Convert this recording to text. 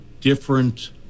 different